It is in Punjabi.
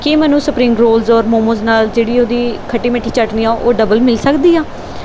ਕੀ ਮੈਨੂੰ ਸਪਰਿੰਗ ਰੋਲਜ਼ ਔਰ ਮੋਮੋਜ਼ ਨਾਲ ਜਿਹੜੀ ਉਹਦੀ ਖੱਟੀ ਮਿੱਠੀ ਚੱਟਨੀ ਆ ਉਹ ਡਬਲ ਮਿਲ ਸਕਦੀ ਆ